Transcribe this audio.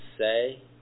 say